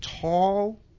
tall